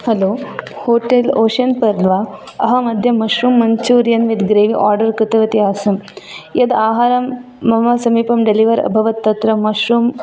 hello hotel Ocean Pearl वा अहम् अद्य mushroom manchurian with gravy order कृतवती आसम् यद् आहारं मम समीपं डेलिवर् अभवत् तत्र मश्रूम्